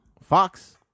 Fox